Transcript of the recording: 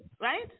right